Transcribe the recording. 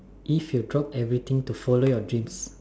if you drop everything to follow your dream